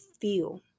feel